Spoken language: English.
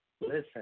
Listen